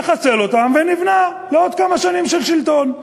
מחסל אותם, ונבנה לעוד כמה שנים של שלטון.